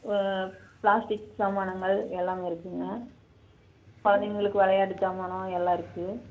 ஆ plastic சாமானுங்கள் எல்லாமே இருக்குங்க குழந்தைங்களுக்கு விளையாட்டு சாமானும் எல்லாம் இருக்குது